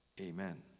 Amen